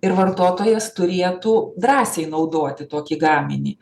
ir vartotojas turėtų drąsiai naudoti tokį gaminį